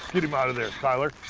get him outta there, tyler.